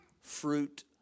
fruit